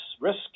risk